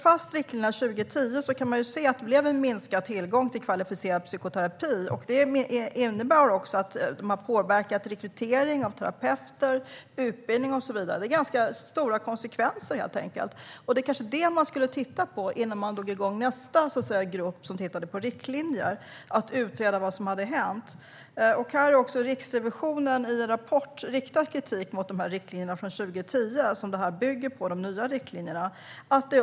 När riktlinjerna slogs fast 2010 blev tillgången till kvalificerad psykoterapi mindre. Detta har påverkat rekryteringen av terapeuter, utbildningen och så vidare. Det har helt enkelt fått stora konsekvenser. Detta borde man kanske titta på först för att utreda vad som har hänt innan man drar igång nästa grupp som tittar på riktlinjer. Riksrevisionen har i en rapport riktat kritik mot riktlinjerna från 2010, vilka de nya riktlinjerna bygger på.